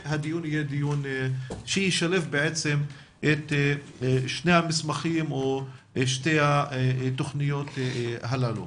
והדיון יהיה דיון שישלב את שני המסמכים או שתי התוכניות הללו.